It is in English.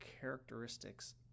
characteristics